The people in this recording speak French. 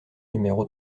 numéro